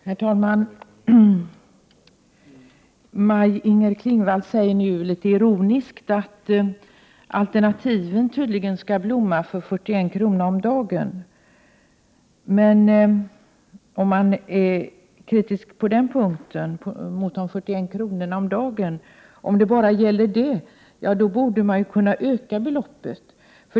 Herr talman! Maj-Inger Klingvall säger nu litet ironiskt att alternativen tydligen skall blomma för 41 kr. om dagen. Om det bara är dessa 41 kr. om dagen som kritiken gäller borde man kunna öka beloppet.